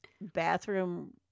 bathroom